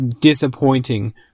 disappointing